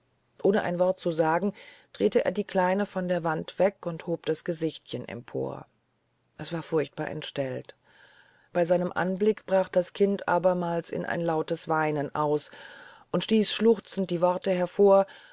ohne ein wort zu sagen drehte er die kleine von der wand weg und hob das gesichtchen empor es war furchtbar entstellt bei seinem anblicke brach das kind abermals in ein lautes weinen aus und stieß schluchzend die worte hervor